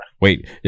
wait